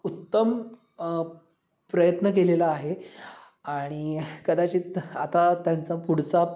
उत्तम प्रयत्न केलेला आहे आणि कदाचित आता त्यांचा पुढचा